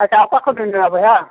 ᱟᱪᱪᱷᱟ ᱚᱠᱟ ᱠᱷᱚᱡ ᱵᱮᱱ ᱢᱮᱱᱮᱜᱼᱟ ᱵᱚᱭᱦᱟ